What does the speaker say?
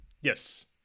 Yes